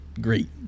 great